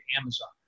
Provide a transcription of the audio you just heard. Amazon